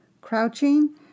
crouching